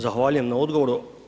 Zahvaljujem na odgovoru.